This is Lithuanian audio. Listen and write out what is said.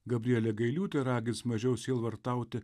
gabrielė gailiūtė ragins mažiau sielvartauti